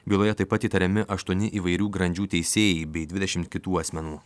byloje taip pat įtariami aštuoni įvairių grandžių teisėjai bei dvidešimt kitų asmenų